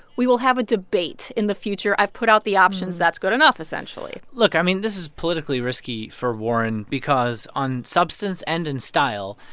we will have a debate in the future. i've put out the options. that's good enough, essentially look. i mean, this is politically risky for warren because on substance and in style.